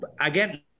Again